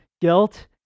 guilt